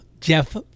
Jeff